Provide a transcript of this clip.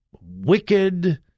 wicked